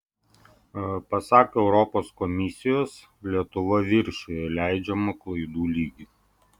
pasak europos komisijos lietuva viršijo leidžiamą klaidų lygį